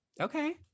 Okay